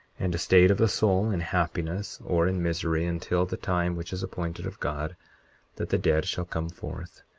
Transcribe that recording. and a state of the soul in happiness or in misery until the time which is appointed of god that the dead shall come forth,